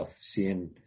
seeing